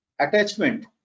attachment